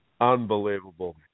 Unbelievable